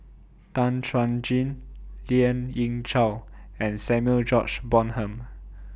Tan Chuan Jin Lien Ying Chow and Samuel George Bonham